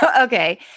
Okay